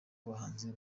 abahanzi